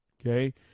okay